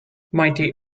mighty